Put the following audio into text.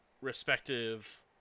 respective